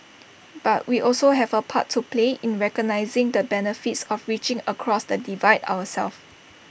but we also have A part to play in recognising the benefits of reaching across the divide ourselves